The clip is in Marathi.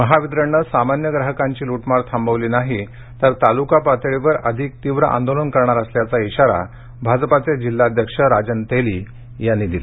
महावितरणने सामान्य ग्राहकांची लूटमार थांबवली नाही तर तालुका पातळीवर अधिक तीव्र आंदोलन करणार असल्याचा इशारा भाजपचे जिल्हाध्यक्ष राजन तेली यांनी दिला